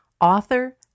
author